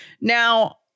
Now